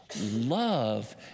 love